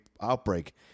outbreak